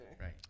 Right